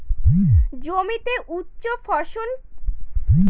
জমিতে উচ্চফলনশীল জাতের ফসল চাষ করার আগে কি ধরণের ফসল চাষ করা উচিৎ?